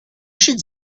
should